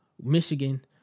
Michigan